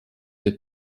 der